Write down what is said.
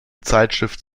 zeitschrift